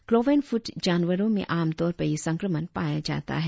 cloven फ्रट जानवरो में आम तौर पर यह संक्रमण पाया जाता है